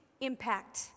impact